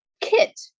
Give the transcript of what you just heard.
kit